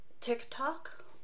TikTok